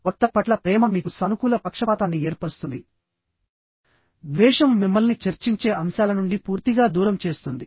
వక్త పట్ల ప్రేమ మీకు సానుకూల పక్షపాతాన్ని ఏర్పరుస్తుంది ద్వేషం మిమ్మల్ని చర్చించే అంశాల నుండి పూర్తిగా దూరం చేస్తుంది